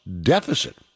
deficit